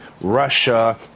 Russia